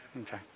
okay